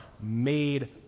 made